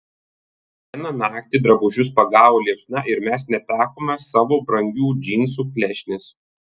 vieną naktį drabužius pagavo liepsna ir mes netekome savo brangių džinsų klešnės